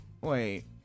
Wait